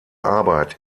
arbeit